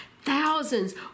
Thousands